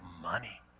money